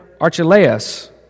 Archelaus